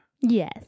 Yes